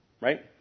Right